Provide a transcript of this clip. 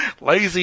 lazy